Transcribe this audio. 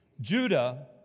Judah